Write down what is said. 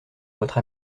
votre